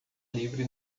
livre